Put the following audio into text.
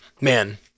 man